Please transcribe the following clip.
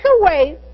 away